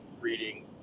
reading